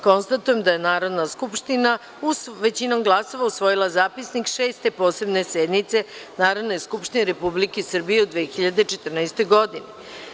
Konstatujem da je Narodna skupština većinom glasova usvojila Zapisnik Šeste posebne sednice Narodne skupštine Republike Srbije u 2014. godini.